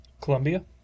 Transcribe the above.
Columbia